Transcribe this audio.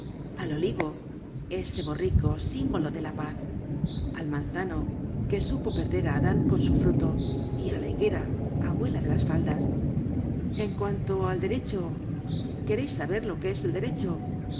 al olivo ese borrico símbolo de la paz al manzano que supo perder á adam con su fruto y á la higuera abuela de las faldas en cuanto al derecho quereis saber lo que es el derecho